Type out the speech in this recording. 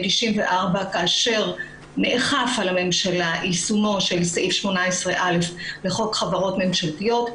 ב-1994 כאשר נאכף על הממשלה יישומו של סעיף 18 א' לחוק חברות ממשלתיות,